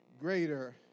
Greater